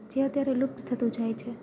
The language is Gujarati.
જે અત્યારે લુપ્ત થતું જાય છે